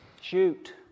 shoot